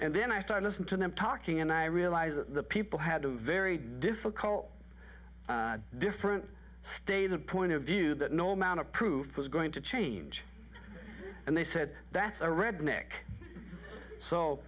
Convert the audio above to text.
and then i started listening to them talking and i realized that the people had a very difficult different statement point of view that no amount of proof was going to change and they said that's a redneck so